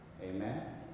Amen